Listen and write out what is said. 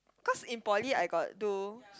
cause in poly I got do